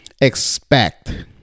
expect